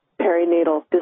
perinatal